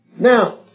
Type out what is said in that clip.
Now